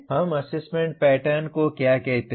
हम assessment pattern को क्या कहते हैं